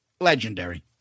legendary